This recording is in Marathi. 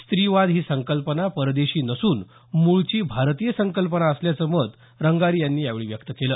स्त्रीवाद ही संकल्पना परदेशी नसून मुळची भारतीय संकल्पना असल्याचं मत रंगारी यांनी यावेळी व्यक्त केलं